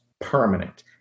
permanent